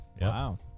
Wow